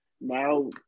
now